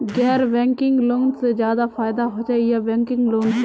गैर banking loan से ज्यादा फायदा होचे या बैंकिंग लोन से?